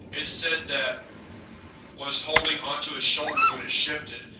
it said that was holding onto its shoulder when it shifted,